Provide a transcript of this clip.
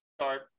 start